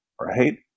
right